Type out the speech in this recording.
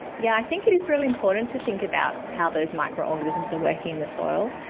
yeah i think it is really important to think about how those microorganisms are working in the soil,